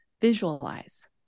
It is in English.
visualize